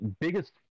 biggest